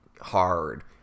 hard